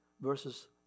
verses